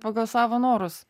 pagal savo norus